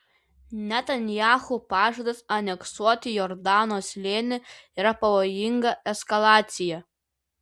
netanyahu pažadas aneksuoti jordano slėnį yra pavojinga eskalacija